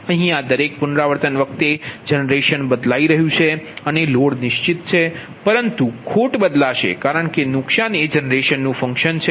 અહીયા દરેક પુનરાવર્તન વખતે જનરેશન બદલાઇ રહ્યું છે અને લોડ નિશ્ચિત છે પરંતુ ખોટ બદલાશે કારણ કે નુકસાન એ જનરેશનનું ફંક્શન છે